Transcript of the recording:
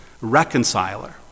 reconciler